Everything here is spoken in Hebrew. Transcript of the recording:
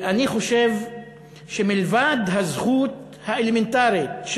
אני חושב שמלבד הזכות האלמנטרית,